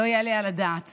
לא יעלה על הדעת